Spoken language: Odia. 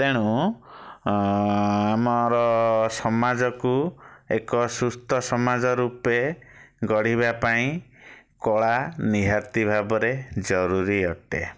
ତେଣୁ ଆମର ସମାଜକୁ ଏକ ସୁସ୍ଥ ସମାଜ ରୂପେ ଗଢ଼ିବା ପାଇଁ କଳା ନିହାତି ଭାବରେ ଜରୁରୀ ଅଟେ